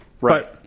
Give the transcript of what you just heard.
right